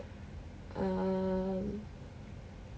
um